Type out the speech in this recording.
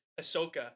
Ahsoka